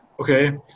Okay